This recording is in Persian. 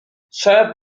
شاید